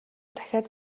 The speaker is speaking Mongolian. дахиад